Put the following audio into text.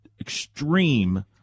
extreme